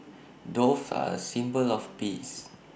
doves are A symbol of peace